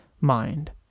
mind